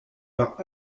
par